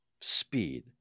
speed